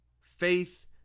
Faith